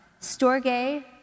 storge